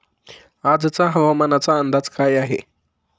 आजचा हवामानाचा अंदाज काय आहे?